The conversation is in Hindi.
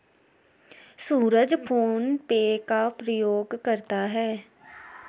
सूरज फोन पे का प्रयोग करता है